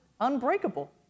Unbreakable